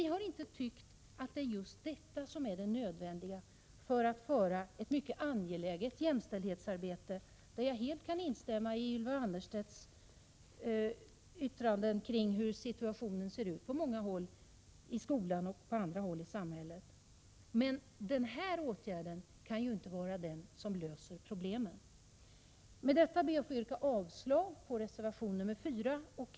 Vi har inte tyckt att just det är det nödvändiga för att driva ett mycket angeläget jämställdhetsarbete, där jag i övrigt helt kan instämma i Ylva Annerstedts yttranden om hur situationen ser ut i skolan och på många andra håll i samhället. Den här åtgärden kan emellertid inte vara lösningen på problemen. Med detta ber jag att få yrka avslag på reservation nr 4.